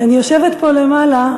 כשאני יושבת פה למעלה,